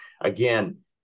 Again